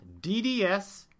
DDS